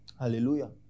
Hallelujah